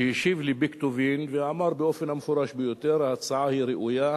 שהשיב לי בכתובים ואמר באופן המפורש ביותר: ההצעה ראויה,